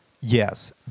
Yes